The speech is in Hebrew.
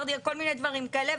כל מיני דברים כאלה.